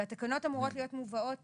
והתקנות אמורות להיות מובאות